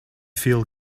feel